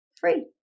free